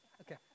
Okay